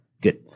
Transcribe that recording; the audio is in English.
Good